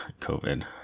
COVID